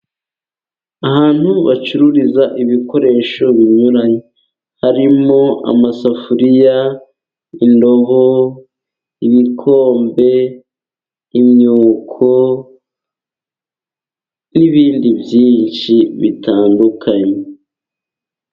Ahantu bacururiza ibikoresho binyuranye harimo: amasafuriya, indobo, ibikombe, imyuko, n'ibindi byinshi bitandukanye.